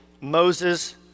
Moses